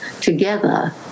together